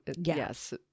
yes